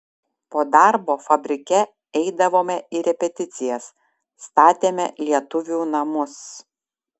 po darbo fabrike eidavome į repeticijas statėme lietuvių namus